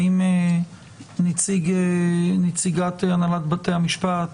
האם נציגת הנהלת בתי המשפט,